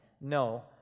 No